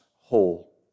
whole